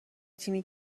تیمی